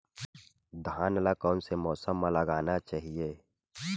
धान ल कोन से मौसम म लगाना चहिए?